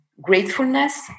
gratefulness